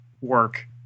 work